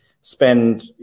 spend